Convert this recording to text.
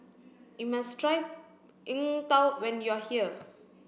you must try Png Tao when you are here